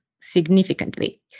significantly